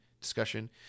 discussion